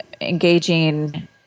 engaging